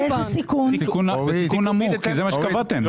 בסיכון נמוך, כי זה מה שקבעתם.